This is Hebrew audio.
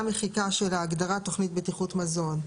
מחיקה של ההגדרה "תוכנית בטיחות מזון".